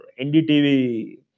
NDTV